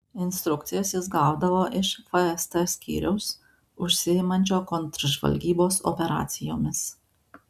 instrukcijas jis gaudavo iš fst skyriaus užsiimančio kontržvalgybos operacijomis